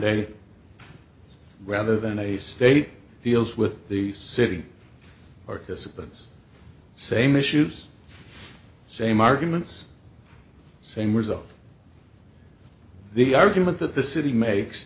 day rather than a state deals with the city participants same issues same arguments same result the argument that the city makes